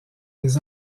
les